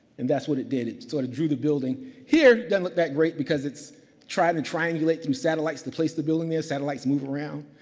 and that's what it did. it sort of drew the building here. doesn't look that great, because it's trying to triangulate through satellites to place the building there, satellites moving around.